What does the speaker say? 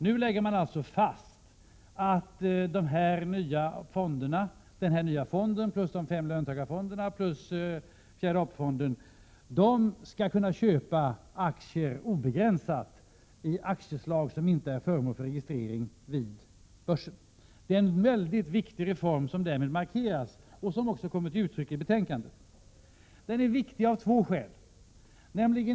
Nu lägger man alltså fast att den nya fonden, de fem löntagarfonderna och fjärde AP-fonden skall kunna köpa aktier obegränsat i aktieslag som inte är föremål för registrering vid börsen. Det är en mycket viktig reform som därmed markeras, vilket också kommit till uttryck i betänkandet. Den är viktig av två skäl.